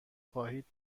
خواهید